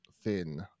thin